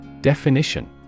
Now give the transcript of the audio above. Definition